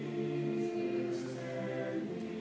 the end the